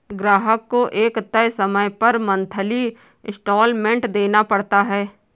ग्राहक को एक तय समय तक मंथली इंस्टॉल्मेंट देना पड़ता है